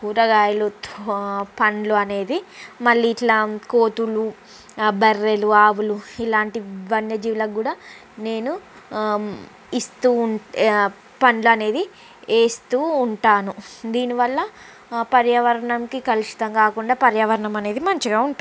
కూరగాయలు తో పండ్లు అనేది మళ్లీ ఇట్లా కోతులు బర్రెలు ఆవులు ఇలాంటి వన్య జీవులకు కూడా నేను ఇస్తూ పండ్లనేవి వేస్తూ ఉంటాను దీనివల్ల పర్యావరణంకి కలుషితం కాకుండా పర్యావరణం అనేది మంచిగా ఉంటది